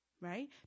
right